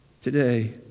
today